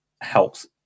helps